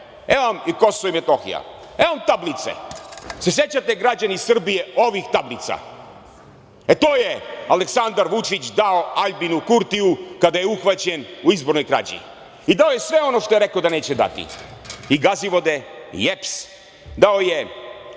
evo vam i Kosovo i Metohija, evo vam tablice. Da li se sećate građani Srbije ovih tablica? To je Aleksandar Vučić dao Aljbinu Kurtiju kada je uhvaćen u izbornoj krađi i dao je sve ono što je rekao da neće dati i Gazivode i EPS, dao je